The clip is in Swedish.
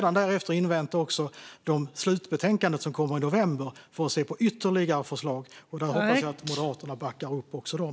Därefter inväntar vi slutbetänkandet som kommer i november för att se på ytterligare förslag. Där hoppas jag att Moderaterna backar upp också dem.